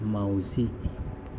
माउजि